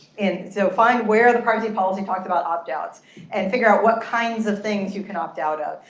and so find where the privacy policy talked about opt outs and figure out what kinds of things you can opt out of.